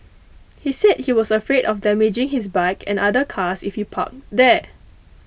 he said he was afraid of damaging his bike and other cars if he parked there